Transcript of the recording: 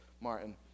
Martin